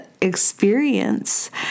experience